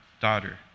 Daughter